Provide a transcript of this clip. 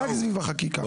רק סביב החקיקה.